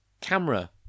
camera